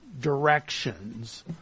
directions